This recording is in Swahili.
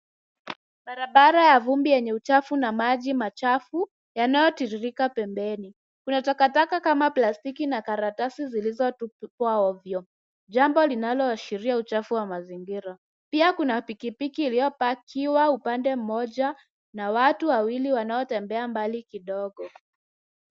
Barabara ya vumbi yenye uchafu na maji machafu yanayotiririka pembeni. Kuna takataka kama plastiki na karatasi zilizotupwa ovyo, jambo linaloashiria uchafu wa mazingira. Pia kina pikipiki iliyopakiwa upande mmoja na watu wanaotembea mbali kidogo.